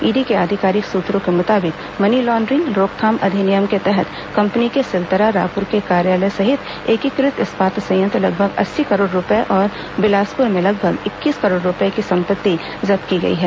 ED के आधिकारिक सूत्रों के मुताबिक मनी लॉड्रिंग रोकथाम अधिनियम के तहत कंपनी के सिलतरा रायपुर के कार्यालय सहित एकीकृत इस्पात संयंत्र लगभग अस्सी करोड़ रूपये और बिलासपुर में लगभग इक्कीस करोड़ रूपये की संपत्ति जब्त की गई है